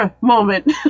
moment